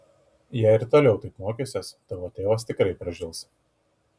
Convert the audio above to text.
jei ir toliau taip mokysies tavo tėvas tikrai pražils